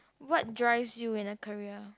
what drives you in a career